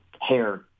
hair